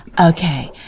okay